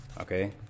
Okay